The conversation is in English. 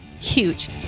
huge